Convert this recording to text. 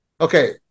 Okay